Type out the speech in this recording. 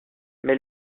mais